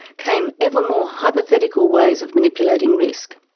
came ever more hypothetical ways of manipulating risk.